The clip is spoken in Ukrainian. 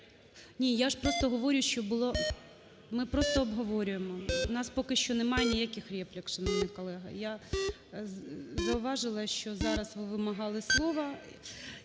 Ні, я ж просто говорю, що було... Ми просто обговорюємо, в нас поки що нема ніяких реплік, шановні колеги. Я зауважила, що зараз ви вимагали слова.